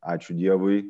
ačiū dievui